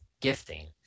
gifting